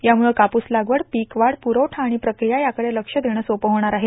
यामुळे कापूस लागवड पीक वाढ पुरवठा आणि प्रक्रिया याकडे लक्ष देणं सोपं होणार आहे